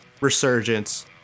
resurgence